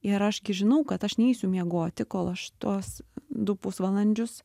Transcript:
ir aš gi žinau kad aš neisiu miegoti kol aš tuos du pusvalandžius